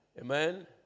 Amen